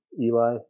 Eli